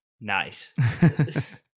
Nice